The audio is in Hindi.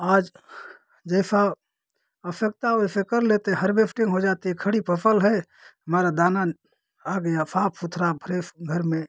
आज जैसा आवश्यकता वैसे कर लेते हार्वेस्टिंग हो जाती है खड़ी फसल है हमारा दाना आ गया साफ सुथरा फ्रेस घर में